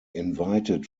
invited